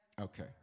Okay